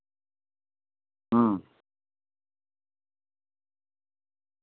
ᱦᱩᱸ